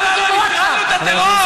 לא, הרגנו את הטרור,